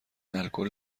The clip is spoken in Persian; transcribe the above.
الکل